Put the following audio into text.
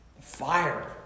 Fire